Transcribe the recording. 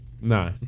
No